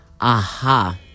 Aha